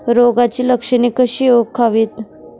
रोगाची लक्षणे कशी ओळखावीत?